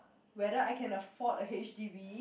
whether I can afford a H_D_B